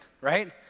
right